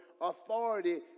authority